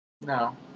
No